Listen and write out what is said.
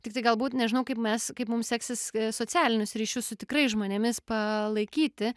tik tai galbūt nežinau kaip mes kaip mum seksis socialinius ryšius su tikrais žmonėmis palaikyti